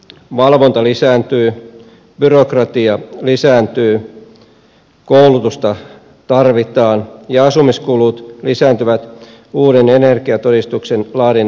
valvonta lisääntyy byrokratia lisääntyy koulutusta tarvitaan ja asumiskulut lisääntyvät uuden energiatodistuksen laadinnan myötä